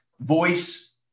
voice